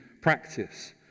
practice